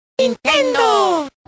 Nintendo